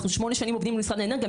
אנחנו שמונה שנים עובדים מול שר האנרגיה.